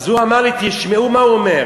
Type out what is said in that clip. אז הוא אמר לי, תשמעו מה הוא אומר: